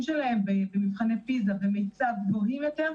שלהן במבחני פיזה ומיצ"ב גבוהים יותר.